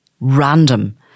random